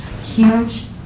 huge